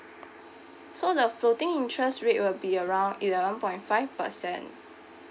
so the floating interest rate will be around eleven point five percent